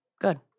good